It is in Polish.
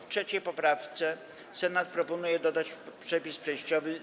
W 3. poprawce Senat proponuje dodać przepis przejściowy.